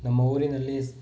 ನಮ್ಮ ಊರಿನಲ್ಲಿ